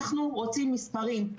אנחנו רוצים מספרים.